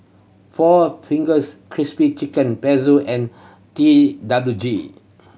Four Fingers Crispy Chicken Pezzo and T W G